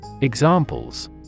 Examples